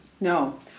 No